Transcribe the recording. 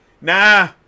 nah